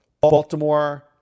Baltimore